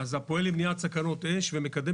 זה ארגון שפועל למניעת סכנות אש ומקדם